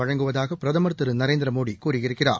வழங்குவதாக பிரதமர் திரு நரேந்திரமோடி கூறியிருக்கிறார்